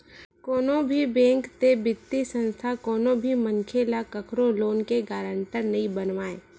कोनो भी बेंक ते बित्तीय संस्था कोनो भी मनखे ल कखरो लोन के गारंटर नइ बनावय